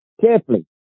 carefully